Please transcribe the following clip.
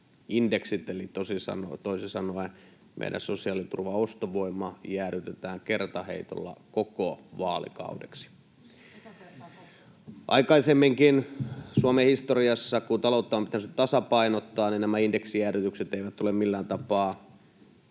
eli toisin sanoen meidän sosiaaliturvamme ostovoima jäädytetään kertaheitolla koko vaalikaudeksi. [Vasemmalta: Ekaa kertaa koskaan!] Aikaisemminkaan Suomen historiassa, kun taloutta on pitänyt tasapainottaa, nämä indeksijäädytykset eivät ole olleet millään tapaa